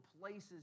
places